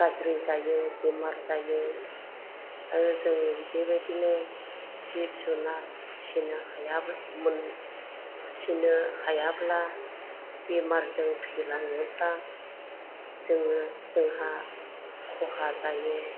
गाज्रि जायो बेमार जायो आरो जों बेबायदिनो जिब जुनाद फिनो हायामोन फिनो हायाब्ला बेमारजों थैलाङोब्ला जोङो जोंहा खहा जायो